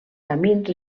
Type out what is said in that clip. camins